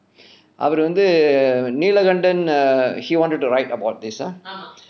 அவர் வந்து:avar vanthu nilakandan err he wanted to write about this ah